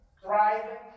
Thriving